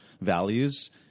values